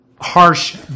Harsh